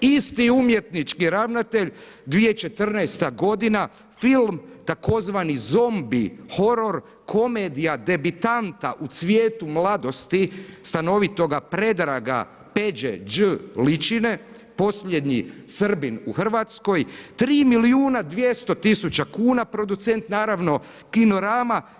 Isti umjetnički ravnatelj 2014. g. film tzv. Zombi horor, komedija debitanta u cvijetu mladosti stanovitoga Predraga Peđe Đ ličine, posljednji Srbin u Hrvatskoj 3 milijuna 200 tisuća kuna, producent, naravno Kinorama.